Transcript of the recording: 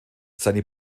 seine